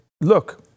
look